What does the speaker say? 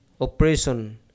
operation